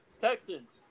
Texans